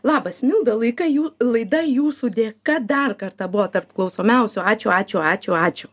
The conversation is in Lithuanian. labas milda laiką jų laida jūsų dėka dar kartą buvo tarp klausomiausių ačiū ačiū ačiū ačiū